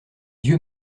yeux